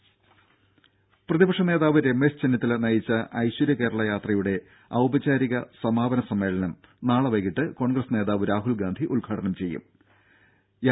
രുര പ്രതിപക്ഷ നേതാവ് രമേശ് ചെന്നിത്തല നയിച്ച ഐശ്വര്യ കേരള യാത്രയുടെ ഔപചാരിക സമാപന സമ്മേളനം നാളെ വൈകീട്ട് കോൺഗ്രസ് നേതാവ് രാഹുൽ ഗാന്ധി തിരുവനന്തപുരം ശംഖുമുഖത്ത് ഉദ്ഘാടനം ചെയ്യും